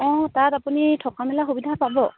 অঁ তাত আপুনি থকা মেলা সুবিধা পাব